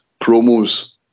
promos